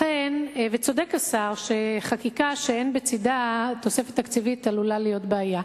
וצודק השר שחקיקה שאין בצדה תוספת תקציבית עלולה להיות בעיה.